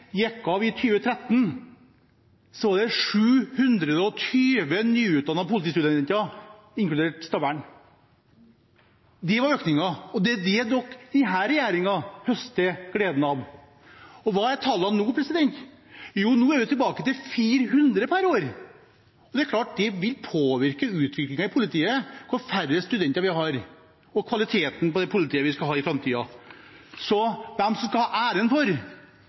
gikk av i 2013, var det 720 nyutdannede politistudenter, inkludert Stavern. Det var økningen, og det er det denne regjeringen høster godene av. Hva er tallene nå? Jo, nå er vi tilbake til 400 per år. Det er klart det vil påvirke utviklingen i politiet jo færre studenter vi har, og det vil påvirke kvaliteten på politiet i framtiden. Så de som skal ha æren for